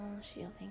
shielding